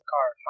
Car